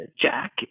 Jack